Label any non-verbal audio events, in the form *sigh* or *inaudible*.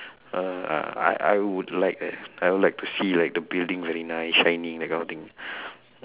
uh I I would like that I would like to see like the building very nice shining that kind of thing *breath*